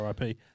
RIP